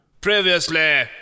Previously